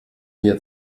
wir